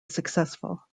successful